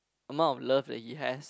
amount of love that he has